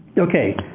okay.